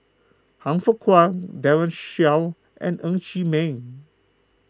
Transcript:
Han Fook Kwang Daren Shiau and Ng Chee Meng